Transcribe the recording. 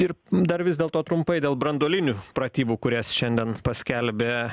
ir dar vis dėlto trumpai dėl branduolinių pratybų kurias šiandien paskelbė